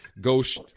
ghost